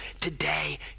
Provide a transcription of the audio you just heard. today